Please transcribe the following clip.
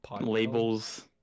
labels